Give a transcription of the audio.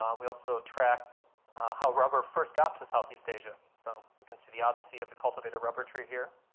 um we also track how rubber first got to southeast asia. so we can see the odyssey of the cultivated rubber tree here.